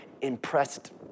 impressed